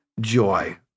joy